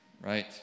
right